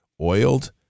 oiled